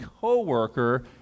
co-worker